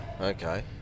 Okay